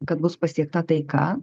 kad bus pasiekta taika